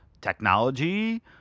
technology